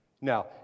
Now